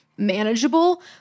manageable